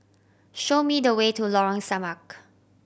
show me the way to Lorong Samak